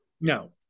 No